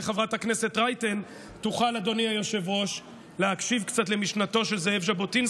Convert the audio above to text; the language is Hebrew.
אולי חברת הכנסת רייטן תוכל להקשיב קצת למשנתו של זאב ז'בוטינסקי,